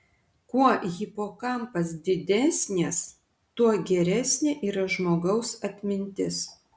kuo hipokampas didesnės tuo geresnė yra žmogaus atmintis